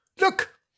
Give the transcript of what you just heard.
look